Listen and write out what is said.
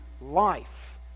life